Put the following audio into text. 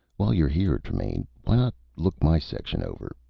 while you're here, tremaine, why not look my section over?